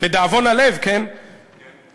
לדאבון הלב, כן, כן.